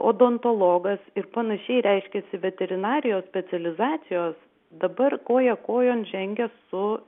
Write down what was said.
odontologas ir panašiai reiškiasi veterinarijos specializacijos dabar koja kojon žengia su